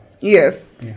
Yes